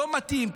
לא מתאים,